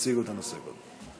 יציגו את הנושא קודם.